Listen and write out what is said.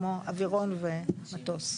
כמו אווירון ומטוס.